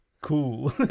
Cool